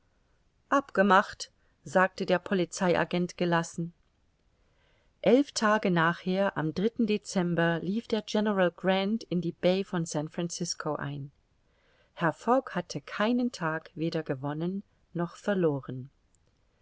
abgemacht sagte der polizei agent gelassen elf tage nachher am dezember lief der general grant in die bai von san francisco ein herr fogg hatte keinen tag weder gewonnen noch verloren